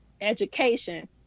education